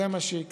זה מה שיקרה.